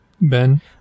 Ben